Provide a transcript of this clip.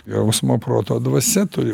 jausmo proto dvasia turi